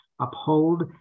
uphold